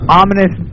ominous